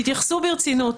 תתייחסו ברצינות.